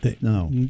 No